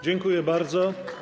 Dziękuję bardzo.